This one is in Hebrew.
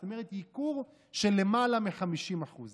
זאת אומרת ייקור של למעלה מ-50%.